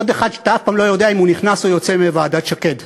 עוד אחד שאתה אף פעם לא יודע אם הוא יוצא מוועדת שקד